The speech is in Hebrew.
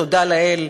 תודה לאל,